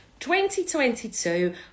2022